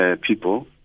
people